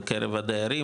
בקרב הדיירים,